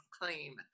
claim